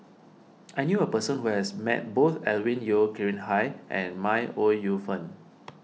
I knew a person who has met both Alvin Yeo Khirn Hai and May Ooi Yu Fen